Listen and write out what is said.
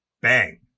bang